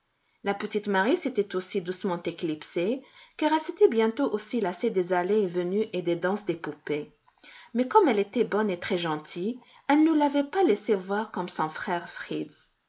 la petite marie s'était aussi doucement éclipsée car elle s'était bientôt aussi lassée des allées et venues et des danses des poupées mais comme elle était bonne et très gentille elle ne l'avait pas laissé voir comme son frère fritz